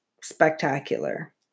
spectacular